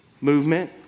movement